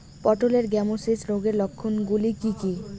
পটলের গ্যামোসিস রোগের লক্ষণগুলি কী কী?